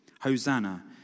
Hosanna